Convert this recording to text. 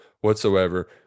whatsoever